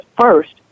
first